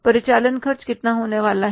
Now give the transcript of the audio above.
परिचालन खर्च कितना होने जा रहा है